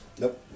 Nope